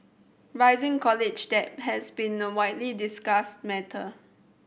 rising college debt has been a widely discussed matter